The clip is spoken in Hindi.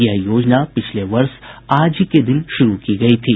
यह योजना पिछले वर्ष आज ही के दिन शुरू की गई थी